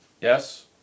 yes